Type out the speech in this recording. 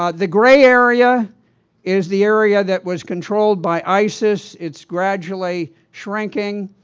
ah the gray area is the area that was controlled by isis. it's gradually shrinking.